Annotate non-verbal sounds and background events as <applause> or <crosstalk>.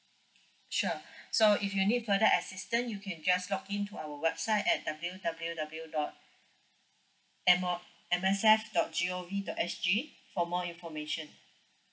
sure <breath> so if you need further assistance you can just log in to our website at W W W dot M O M S F dot G O V dot S G for more information